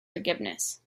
forgiveness